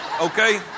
Okay